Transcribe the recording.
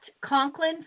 Conklin